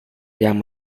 yang